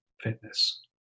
fitness